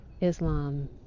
Islam